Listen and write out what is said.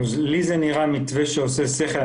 לי זה נראה מתווה שעושה שכל.